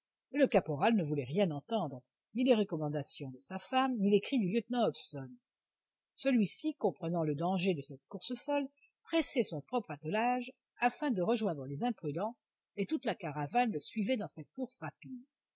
le caporal ne voulait rien entendre ni les recommandations de sa femme ni les cris du lieutenant hobson celui-ci comprenant le danger de cette course folle pressait son propre attelage afin de rejoindre les imprudents et toute la caravane le suivait dans cette course rapide